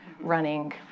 running